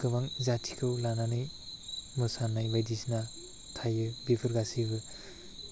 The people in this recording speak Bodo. गोबां जाथिखौ लानानै मोसानाय बायदिसिना थायो बेफोर गासैबो